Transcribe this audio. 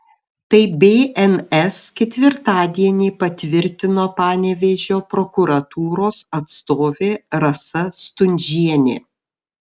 tai bns ketvirtadienį patvirtino panevėžio prokuratūros atstovė rasa stundžienė